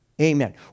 Amen